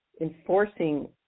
enforcing